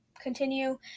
continue